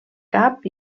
cap